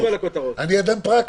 אני אדם פרקטי.